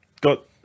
got